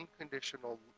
unconditional